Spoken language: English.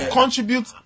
contribute